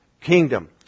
kingdom